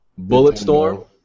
Bulletstorm